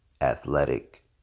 athletic